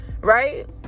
right